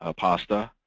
ah pasta.